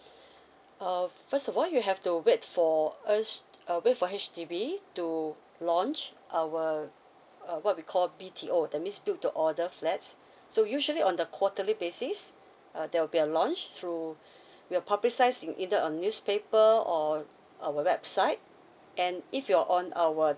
uh first of all you have to wait for us uh wait for H_D_B to launch our uh what we call B T O that means build to order flats so usually on the quarterly basis uh there will be a launch through we'll publicise in either a newspaper or our website and if you're on our